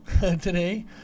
Today